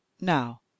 Now